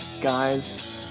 guys